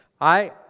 I